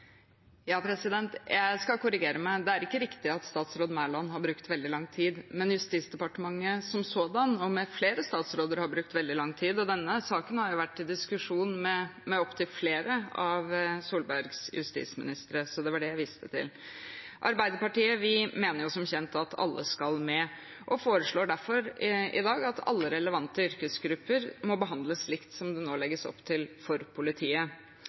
Jeg skal korrigere meg. Det er ikke riktig at statsråd Mæland har brukt veldig lang tid, men Justisdepartementet som sådan, og med flere statsråder, har brukt veldig lang tid, og denne saken har jo vært til diskusjon med opptil flere av Erna Solbergs justisministre. Det var det jeg viste til. Arbeiderpartiet mener som kjent at alle skal med og foreslår derfor i dag at alle relevante yrkesgrupper må behandles likt som det nå legges opp til for politiet.